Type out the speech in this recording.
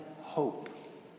hope